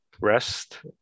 rest